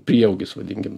prieaugis vadinkim